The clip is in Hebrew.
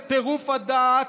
זה טירוף הדעת.